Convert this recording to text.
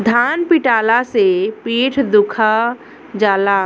धान पिटाला से पीठ दुखा जाला